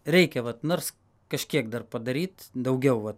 reikia vat nors kažkiek dar padaryt daugiau vat